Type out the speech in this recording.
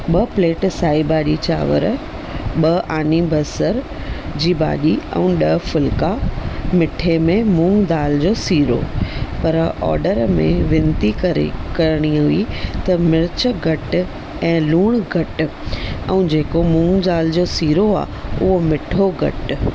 ॿ प्लेट साई भाॼी चांवर ॿ आनी बसर जी भाॼी ऐं ॾह फुल्का मिठे में मूङ दालि जो सीरो पर ऑर्डर में वेनती करे करिणी हुई त मिर्च घटि ऐं लूणु घटि ऐं जेको मूंङ दालि जो सीरो आहे उहो मिठो घटि